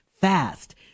fast